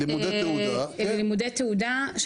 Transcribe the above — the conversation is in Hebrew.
לימודי תעודה.